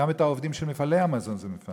גם את העובדים של מפעלי המזון זה מפרנס,